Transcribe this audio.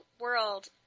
World